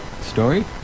story